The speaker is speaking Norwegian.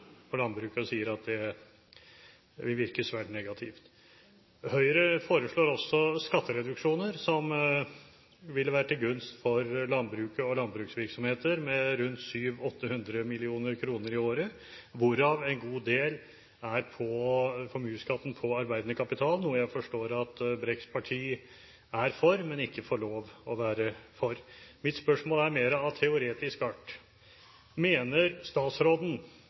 landbruket sier at det vil virke svært negativt. Høyre foreslår også skattereduksjoner som ville vært til gunst for landbruket og landbruksvirksomheter, med rundt 700–800 mill. kr i året, hvorav en god del er på formuesskatten på arbeidende kapital, noe jeg forstår at Brekks parti er for, men ikke får lov å være for. Mitt spørsmål er av mer teoretisk art: Mener statsråden